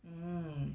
mmhmm